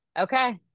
okay